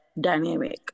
dynamic